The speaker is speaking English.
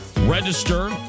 Register